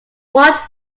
what